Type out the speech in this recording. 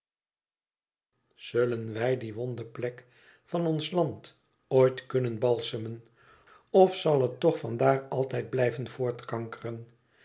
zullen wij die wonde plek van ons land ooit kunnen balsemen of zal het toch van daar altijd blijven voortkankeren